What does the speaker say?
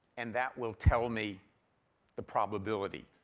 and that will tell me the probability.